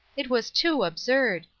it was too absurd!